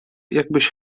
jakbyś